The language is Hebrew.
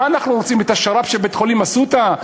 מה אנחנו רוצים, את השר"פ של בית-חולים "אסותא"?